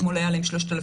אתמול היו להם 3,200,